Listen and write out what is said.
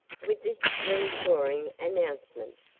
with this reassuring announcement,